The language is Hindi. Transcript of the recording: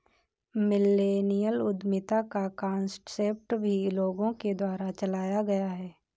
मिल्लेनियल उद्यमिता का कान्सेप्ट भी लोगों के द्वारा चलाया गया है